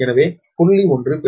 எனவே 0